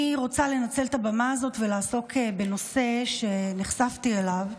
אני רוצה לנצל את הבמה הזאת ולעסוק בנושא שנחשפתי אליו.